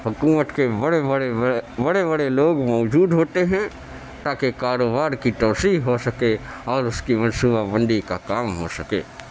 حکومت کے بڑے بڑے بڑے بڑے لوگ موجود ہوتے ہیں تاکہ کاروبار کی توسیع ہو سکے اور اس کی منصوبہ بندی کا کام ہو سکے